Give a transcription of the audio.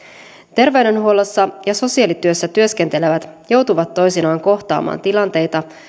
terveydenhuollossa ja sosiaalityössä työskentelevät joutuvat toisinaan kohtaamaan tilanteita